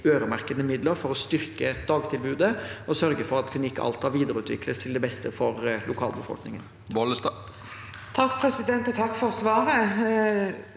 øremerkede midler for å styrke dagtilbudet og sørge for at Klinikk Alta videreutvikles til beste for lokalbefolkningen.